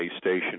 station